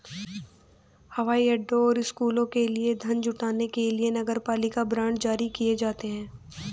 हवाई अड्डों और स्कूलों के लिए धन जुटाने के लिए नगरपालिका बांड जारी किए जाते हैं